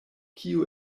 kiu